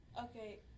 Okay